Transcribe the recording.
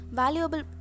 valuable